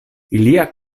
ilia